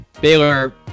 Baylor